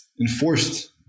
enforced